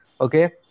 Okay